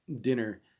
dinner